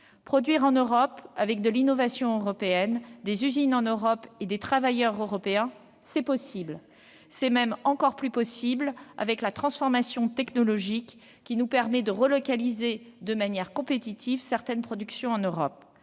Produire en Europe, avec de l'innovation européenne, des usines en Europe et des travailleurs européens, c'est possible ; c'est même encore plus possible avec la transformation technologique, qui nous permet de relocaliser de manière compétitive certaines productions en Europe.